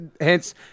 hence